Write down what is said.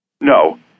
No